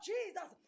Jesus